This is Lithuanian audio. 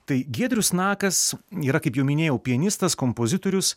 tai giedrius nakas yra kaip jau minėjau pianistas kompozitorius